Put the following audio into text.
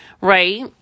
right